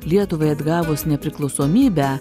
lietuvai atgavus nepriklausomybę